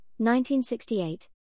1968